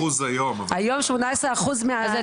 היום 18% מהלוחמות.